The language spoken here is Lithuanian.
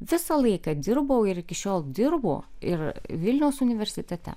visą laiką dirbau ir iki šiol dirbu ir vilniaus universitete